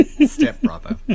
Stepbrother